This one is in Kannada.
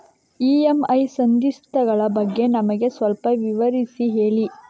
ಇ.ಎಂ.ಐ ಸಂಧಿಸ್ತ ಗಳ ಬಗ್ಗೆ ನಮಗೆ ಸ್ವಲ್ಪ ವಿಸ್ತರಿಸಿ ಹೇಳಿ